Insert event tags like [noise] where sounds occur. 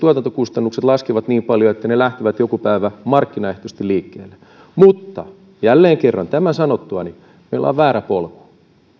[unintelligible] tuotantokustannukset laskevat niin paljon että se lähtee joku päivä markkinaehtoisesti liikkeelle mutta jälleen kerran tämän sanottuani meillä on väärä polku